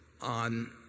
on